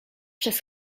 przez